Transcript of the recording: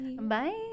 bye